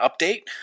update